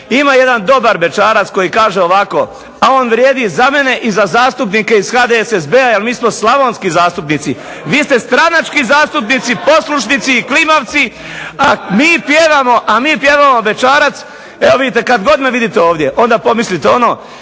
Ima jedan dobar bećarac koji kaže ovako, a on vrijedi za mene i za zastupnike iz HDSSB-a jer mi smo slavonski zastupnici. Vi ste stranački zastupnici, poslušnici i klimavci, a mi pjevamo bećarac evo vidite kad god me vidite ovdje onda pomislite ono: